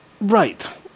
Right